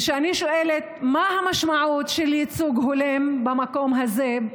כשאני שואלת מה המשמעות של ייצוג הולם במקום הזה,